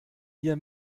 ihr